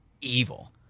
evil